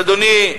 אז אדוני,